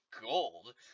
Gold